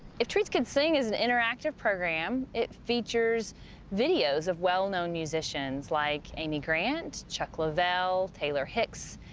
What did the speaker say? if trees could sing is an interactive program. it features videos of well-known musicians, like amy grant, chuck leavell, taylor hicks.